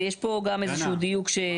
יש פה גם איזשהו דיוק.